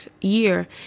year